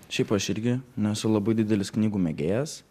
šiaip aš irgi nesu labai didelis knygų mėgėjas